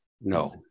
No